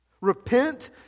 Repent